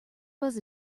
was